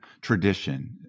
tradition